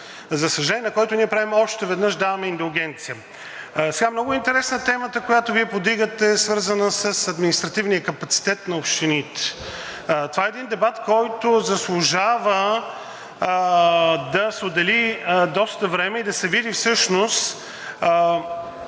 за съжаление, на който ние още веднъж даваме индулгенция. Сега, много е интересна темата, която Вие повдигате, свързана с административния капацитет на общините. Това е един дебат, който заслужава да се отдели доста време и да се види всъщност